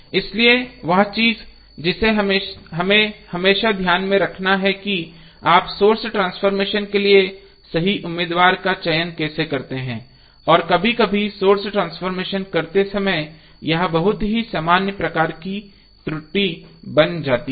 इसलिए वह चीज जिसे हमें हमेशा ध्यान में रखना है कि आप सोर्स ट्रांसफॉर्मेशन के लिए सही उम्मीदवार का चयन कैसे करते हैं और कभी कभी सोर्स ट्रांसफॉर्मेशन करते समय यह बहुत ही सामान्य प्रकार की त्रुटि बन जाती है